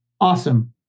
Awesome